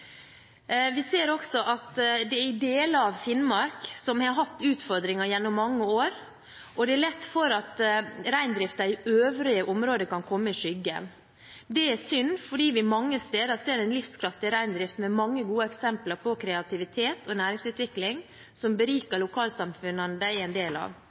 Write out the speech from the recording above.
år, ser vi også at reindriften i øvrige områder lett kan komme i skyggen. Det er synd fordi vi mange steder ser en livskraftig reindrift med mange gode eksempler på kreativitet og næringsutvikling som beriker lokalsamfunnene de er en del av.